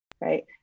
right